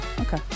Okay